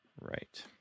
right